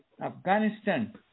Afghanistan